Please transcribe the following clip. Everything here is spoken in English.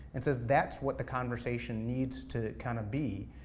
and says that's what the conversation needs to kind of be.